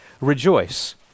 Rejoice